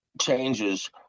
changes